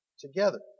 together